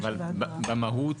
אבל במהות,